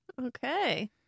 Okay